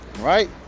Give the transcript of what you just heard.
Right